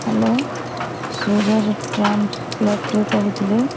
hello Suraj ଟ୍ରାଙ୍କପ୍ଲଟ୍ରୁ କହୁଥିଲେ